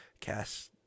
cast